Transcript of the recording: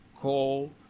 coal